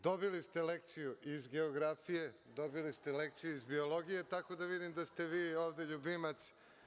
Dobili ste lekciju iz geografije, dobili ste lekciju iz biologije, tako da vidim da ste vi ovde ljubimac.